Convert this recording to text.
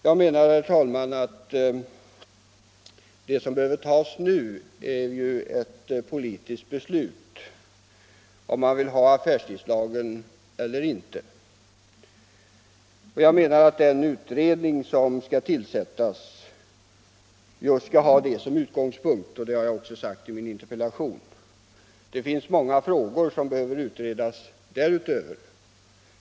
Vad som nu behövs är enligt min mening att det fattas ett politiskt beslut om huruvida vi vill ha affärstidslagen eller inte, och jag menar att den utredning som skall tillsättas bör ha som utgångspunkt att vi skall ha en ny affärstidslag. Det har jag också framhållit i min interpellation. Men härutöver finns det många frågor som behöver utredas, 't.ex.